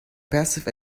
passive